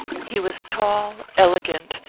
he was tall, elegant,